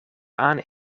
aan